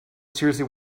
seriously